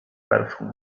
perfum